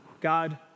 God